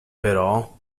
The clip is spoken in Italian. però